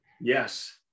Yes